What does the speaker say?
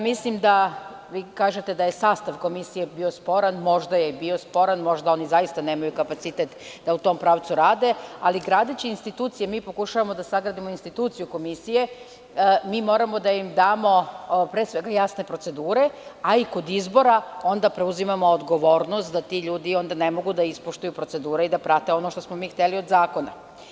Mislim da, vi kažete da je sastav komisije bio sporan, možda je bio sporan, možda oni zaista nemaju kapacitet jer u tom pravcu rade, ali gradeći institucije mi pokušavamo da sagradimo instituciju komisije, mi moramo da im damo, pre svega jasne procedure, a i kod izbora, onda preuzimamo odgovornost da ti ljudi onda ne mogu da ispoštuju procedure i da prate ono što smo mi hteli od zakona.